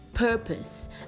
purpose